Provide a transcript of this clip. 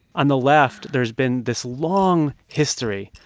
on the left, there's been this long history